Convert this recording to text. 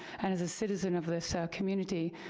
and as a citizen of this so community,